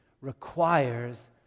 requires